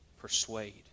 persuade